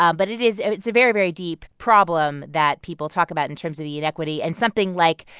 um but it is it's a very, very deep problem that people talk about in terms of the inequity. and something like,